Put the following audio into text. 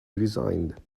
resigned